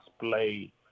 display